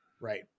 Right